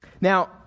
Now